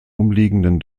umliegenden